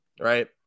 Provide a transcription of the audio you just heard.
right